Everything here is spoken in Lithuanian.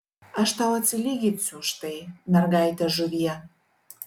aš tau atsilyginsiu už tai mergaite žuvie